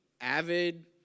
avid